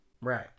Right